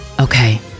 Okay